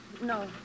No